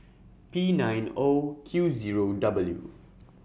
P nine O Q Zero W